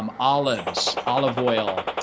um olives, olive oil.